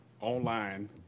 online